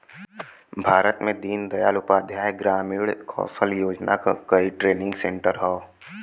भारत में दीन दयाल उपाध्याय ग्रामीण कौशल योजना क कई ट्रेनिंग सेन्टर हौ